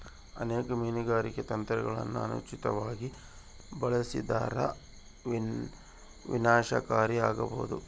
ಅನೇಕ ಮೀನುಗಾರಿಕೆ ತಂತ್ರಗುಳನ ಅನುಚಿತವಾಗಿ ಬಳಸಿದರ ವಿನಾಶಕಾರಿ ಆಬೋದು